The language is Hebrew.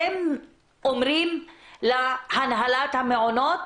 אתם אומרים להנהלת המעונות